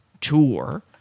Tour